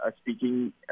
speaking